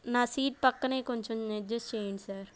నా సీట్ పక్కనే కొంచెం అడ్జస్ట్ చేయండి సార్